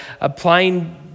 applying